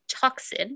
toxin